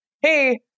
hey